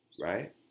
right